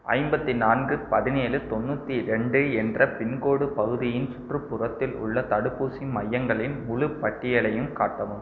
ஐம்பத்து நான்கு பதினேழு தொண்ணூற்றி ரெண்டு என்ற பின்கோட் பகுதியின் சுற்றுப்புறத்தில் உள்ள தடுப்பூசி மையங்களின் முழுப் பட்டியலையும் காட்டவும்